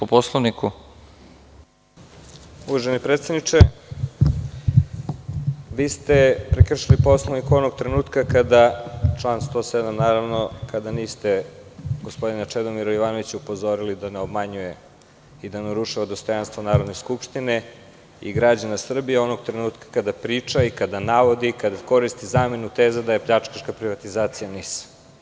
Uvaženi predsedniče, vi ste prekršili Poslovnik onog trenutka kada niste gospodina Čedomira Jovanovića upozorili da ne obmanjuje i da ne urušava dostojanstvo Narodne skupštine i građane Srbije onog trenutka kada priča, kada navodi i kada koristi zamenu teza da je pljačkaška privatizacija NIS.